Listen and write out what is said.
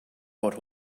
what